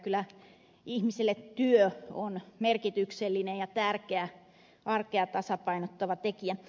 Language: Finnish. kyllä ihmisille työ on merkityksellinen ja tärkeä arkea tasapainottava tekijä